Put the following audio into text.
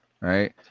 right